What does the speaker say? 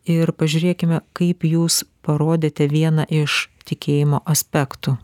ir pažiūrėkime kaip jūs parodėte vieną iš tikėjimo aspektų